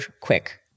quick